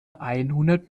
einhundert